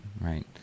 right